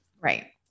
Right